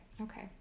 okay